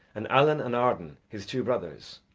and allen and arden his two brothers.